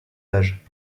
âge